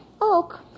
Oak